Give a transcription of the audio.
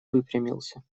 выпрямился